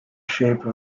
shape